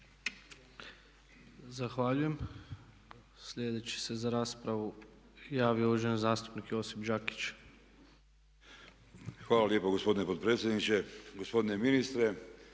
Zahvaljujem. Sljedeći se za raspravu javio uvaženi zastupnik Josip Đakić. **Đakić, Josip (HDZ)** Hvala lijepo gospodine potpredsjedniče, gospodine ministre,